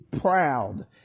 proud